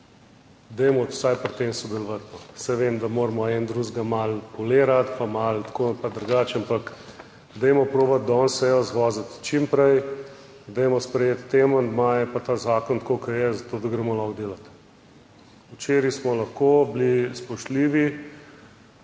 Dajmo vsaj pri tem sodelovati. Saj vem, da moramo en drugega malo polirati pa malo tako ali pa drugače, ampak dajmo probati danes sejo zvoziti čim prej, dajmo sprejeti te amandmaje, pa ta zakon, tako kot je, za to, da gremo lahko delat. Včeraj smo lahko bili spoštljivi.